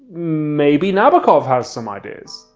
maybe nabokov has some ideas?